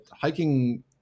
hiking